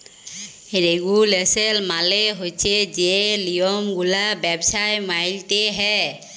regulation মালে হছে যে লিয়মগুলা ব্যবছায় মাইলতে হ্যয়